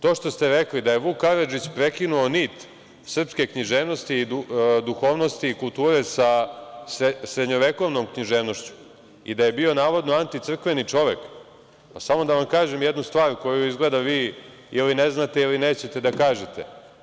To što ste rekli da je Vuk Karadžić prekinuo nit srpske književnosti i duhovnosti i kulture sa sredonjovekovnom književnošću i da je bio navodno anticrkveni čovek, pa, samo da vam kažem jednu stvar, koju izgleda vi ili ne znate ili nećete da kažete.